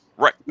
Right